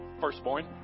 Firstborn